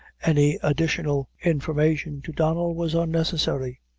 any additional information to donnel was unnecessary.